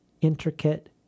intricate